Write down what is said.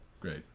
Great